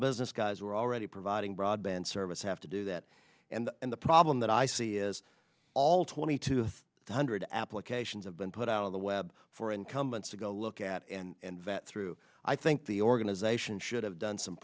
business guys who are already providing broadband service have to do that and the problem that i see is all twenty two hundred applications have been put out on the web for incumbents to go look at and vet through i think the organization should have done some